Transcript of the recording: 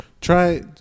Try